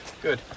Good